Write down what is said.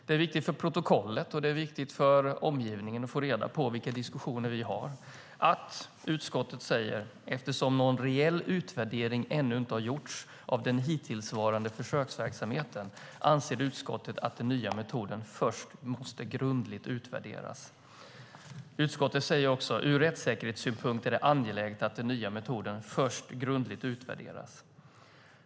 Det är viktigt för protokollet och det är viktigt för omgivningen att få reda på vilka diskussioner vi har och vad utskottet säger: "Eftersom någon reell utvärdering ännu inte har gjorts av den hittillsvarande försöksverksamheten anser utskottet att den nya metoden först måste grundligt utvärderas." Utskottet säger också att det "ur rättssäkerhetssynpunkt är angeläget att den nya metoden först grundligt utvärderas."